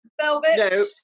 Velvet